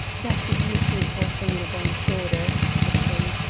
that would be a shameful thing in a baron's daughter, said she.